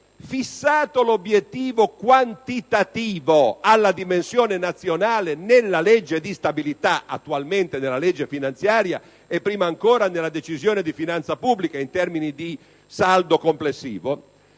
fissato l'obiettivo quantitativo alla dimensione nazionale nella legge di stabilità - attualmente nella legge finanziaria e prima ancora nella Decisione di finanza pubblica in termini di saldo complessivo